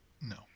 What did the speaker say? No